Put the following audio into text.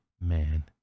man